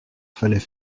fallait